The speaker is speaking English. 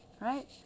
Right